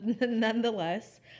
nonetheless